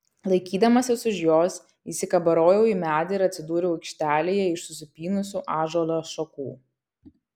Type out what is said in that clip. laikydamasis už jos įsikabarojau į medį ir atsidūriau aikštelėje iš susipynusių ąžuolo šakų